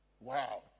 Wow